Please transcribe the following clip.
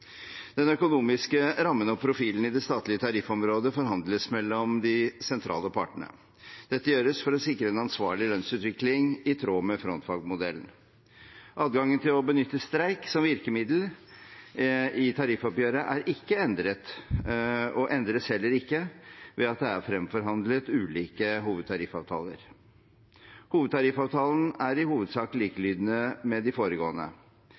Den økonomiske rammen og profilen i det statlige tariffområdet forhandles mellom de sentrale partene. Dette gjøres for å sikre en ansvarlig lønnsutvikling i tråd med frontfagsmodellen. Adgangen til å benytte streik som virkemiddel i tariffoppgjøret er ikke endret og endres heller ikke ved at det er fremforhandlet ulike hovedtariffavtaler. Hovedtariffavtalen er i hovedsak likelydende med de foregående,